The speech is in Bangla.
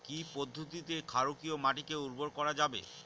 কি পদ্ধতিতে ক্ষারকীয় মাটিকে উর্বর করা যাবে?